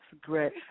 great